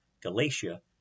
Galatia